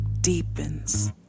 deepens